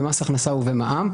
במס הכנסה ובמע"מ.